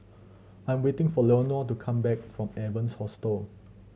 I'm waiting for Leonor to come back from Evans Hostel